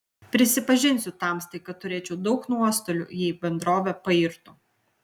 prisipažinsiu tamstai kad turėčiau daug nuostolių jei bendrovė pairtų